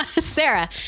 Sarah